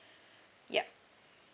yup